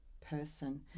person